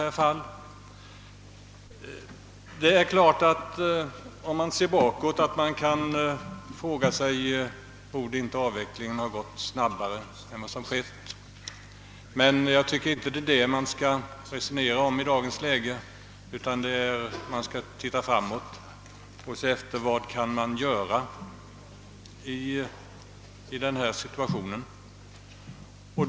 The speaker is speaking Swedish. Om man ser tillbaka kan man naturligtvis fråga sig om inte avvecklingen borde ha gått snabbare. Men jag tycker inte att det är det man skall resonera om i dagens läge, utan man skall se framåt och fråga sig vad man kan göra i denna situation.